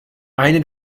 eine